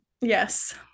Yes